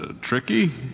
tricky